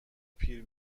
پیر